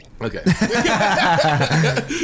Okay